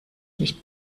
nicht